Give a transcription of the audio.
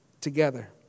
together